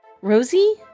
Rosie